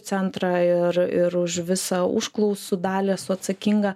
centrą ir ir už visą užklausų dalį esu atsakinga